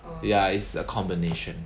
ya it's a combination